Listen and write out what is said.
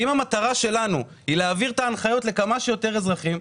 כי אם המטרה שלנו היא להעביר את ההנחיות לכמה שיותר אזרחים,